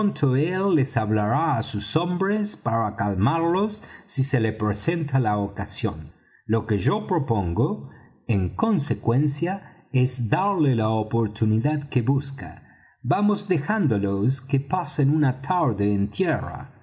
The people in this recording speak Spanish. les hablará á sus hombres para calmarlos si se le presenta la ocasión lo que yo propongo en consecuencia es darle la oportunidad que busca vamos dejándolos que pasen una tarde en tierra